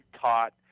taught